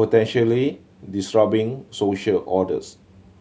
potentially social orders